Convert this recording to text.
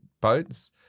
boats